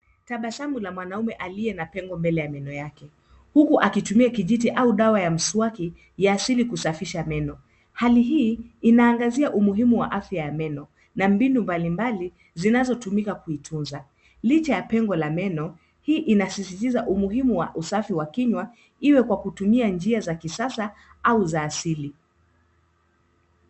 Tabasamu la mwanaume aliye na pengo mbele ya meno yake, huku akitumia kijiti au dawa ya mswaki ya asili kusafisha meno. Hali hii inaangazia umuhimu wa afya ya meno na mbinu mbalimbali, zinazotumika kuitunza. Licha ya pengo la meno, hii inasisitiza umuhimu wa usafi wa kinywa iwe kwa kutumia njia za kisasa au za asili.